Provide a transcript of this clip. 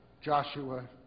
Joshua